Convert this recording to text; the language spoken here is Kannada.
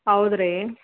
ಹೌದ್ರೀ